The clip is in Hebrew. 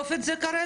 עזוב את זה כרגע,